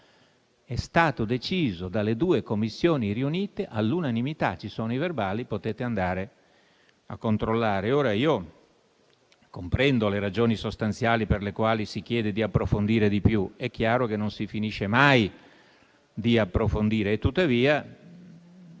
è stato deciso dalle due Commissioni riunite all'unanimità. Ci sono i verbali e potete andare a controllare. Comprendo le ragioni sostanziali per le quali si chiede di approfondire di più. È chiaro che non si finisce mai di approfondire. Tuttavia,